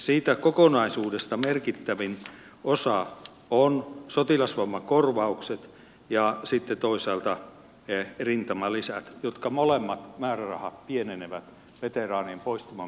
siitä kokonaisuudesta merkittävin osa ovat sotilasvammakorvaukset ja sitten toisaalta rintamalisät joiden molempien määrärahat pienenevät veteraanien poistuman myötä hyvin nopeasti